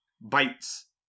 bites